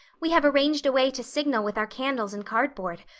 we have arranged a way to signal with our candles and cardboard.